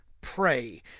pray